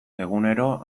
egunero